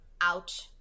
out